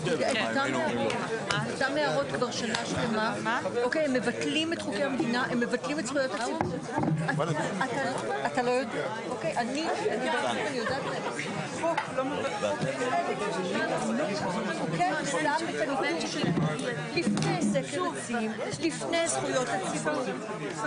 ננעלה בשעה 14:05.